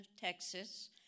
Texas